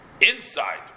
inside